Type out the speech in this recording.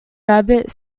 rabbit